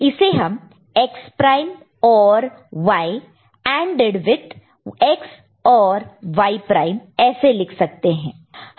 इसे हम X prime OR Y ANDed with X OR Y prime एसे लिख सकते हैं